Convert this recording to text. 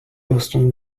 boston